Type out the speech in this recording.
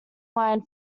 line